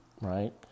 right